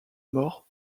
mort